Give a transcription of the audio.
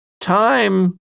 Time